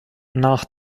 nach